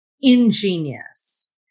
ingenious